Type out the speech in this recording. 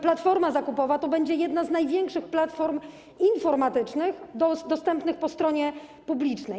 Platforma zakupowa to będzie jedna z największych platform informatycznych dostępnych po stronie publicznej.